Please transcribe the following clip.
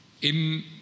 Im